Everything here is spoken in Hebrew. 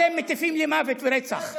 אתם מטיפים למוות ורצח.